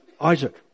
Isaac